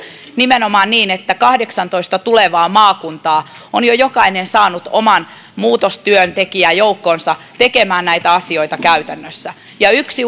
nimenomaan niin että kahdeksastatoista tulevasta maakunnasta on jo jokainen saanut oman muutostyöntekijäjoukkonsa tekemään näitä asioita käytännössä ja yksi